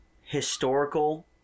historical